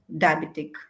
diabetic